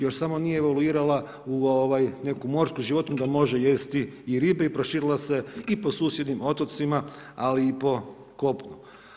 Još samo nije evaluirala u neku morsku životinju da može jesti i ribe i proširila se i po susjednim otocima, ali i po kopnu.